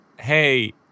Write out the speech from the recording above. Hey